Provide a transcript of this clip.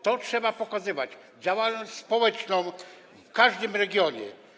To trzeba pokazywać - działalność społeczną w każdym regionie.